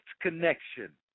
connection